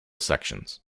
sections